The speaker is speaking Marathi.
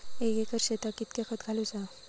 एक एकर शेताक कीतक्या खत घालूचा?